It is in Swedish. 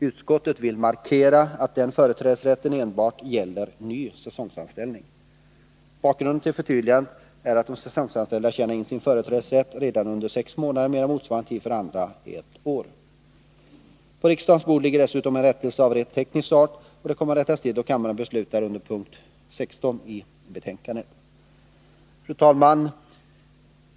Utskottet vill markera att den företrädesrätten enbart gäller ny säsonganställning. Bakgrunden till förtydligandet är att säsonganställda tjänar in sin företrädesrätt redan efter sex månader, medan motsvarande tid för andra anställda är ett år. På riksdagens bord ligger dessutom en rättelse av rent teknisk art av ett misstag som kommer att rättas till då kammaren beslutar under punkt 16 i arbetsmarknadsutskottets betänkande. Fru talman!